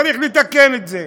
צריך לתקן את זה.